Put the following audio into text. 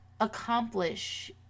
accomplish